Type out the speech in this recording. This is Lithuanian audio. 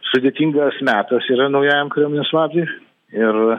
sudėtingas metas yra naujajam kariuomenės vadui ir